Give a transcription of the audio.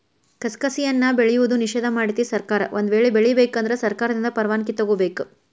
ಕಸಕಸಿಯನ್ನಾ ಬೆಳೆಯುವುದು ನಿಷೇಧ ಮಾಡೆತಿ ಸರ್ಕಾರ ಒಂದ ವೇಳೆ ಬೆಳಿಬೇಕ ಅಂದ್ರ ಸರ್ಕಾರದಿಂದ ಪರ್ವಾಣಿಕಿ ತೊಗೊಬೇಕ